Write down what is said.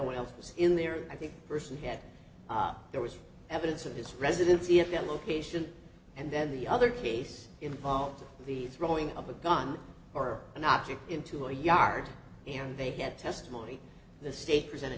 one else was in there i think person had there was evidence of his residency at that location and then the other piece involved the throwing of a gun or an object into a yard and they had testimony the state presented